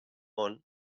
món